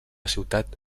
ciutat